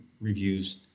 reviews